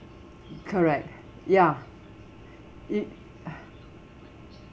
correct ya it